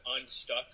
unstuck